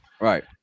Right